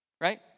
Right